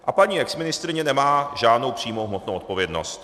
A paní exministryně nemá žádnou přímou hmotnou odpovědnost.